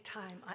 time